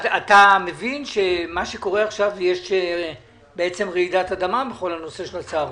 אתה מבין שעכשיו יש רעידת אדמה בכל הנושא של הצהרונים.